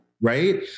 Right